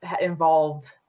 involved